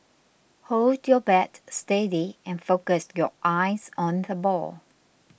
hold your bat steady and focus your eyes on the ball